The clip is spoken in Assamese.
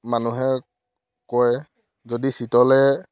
মানুহে কয় যদি চিতলে